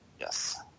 Yes